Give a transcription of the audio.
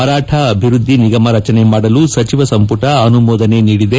ಮರಾಠ ಅಭಿವೃದ್ದಿ ನಿಗಮ ರಚನೆ ಮಾಡಲು ಸಚಿವ ಸಂಪುಟ ಅನುಮೋದನೆ ನೀಡಿದೆ